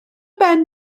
ben